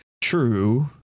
True